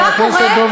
מה זה?